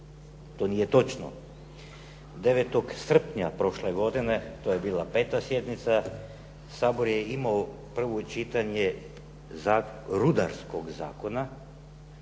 To nije točno. 9. srpnja prošle godine, to je bila 5. sjednica Sabor je imao prvo čitanje Rudarskog zakona